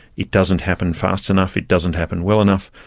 it doesn't happen fast enough, it doesn't happen well enough.